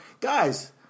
guys